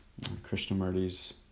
Krishnamurti's